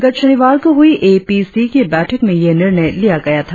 गत शनिवार को हुई ए पी सी की बैठक में ये निर्णय लिया गया था